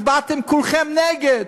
הצבעתם כולכם נגד.